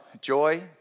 joy